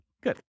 Good